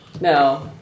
No